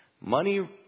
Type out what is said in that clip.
Money